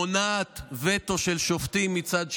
מונעת וטו של שופטים מצד שני,